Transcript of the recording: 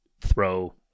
throw –